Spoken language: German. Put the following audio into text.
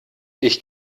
ich